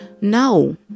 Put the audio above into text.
No